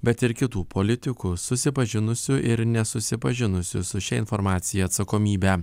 bet ir kitų politikų susipažinusių ir nesusipažinusių su šia informacija atsakomybę